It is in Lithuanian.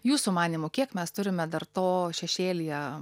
jūsų manymu kiek mes turime dar to šešėlyje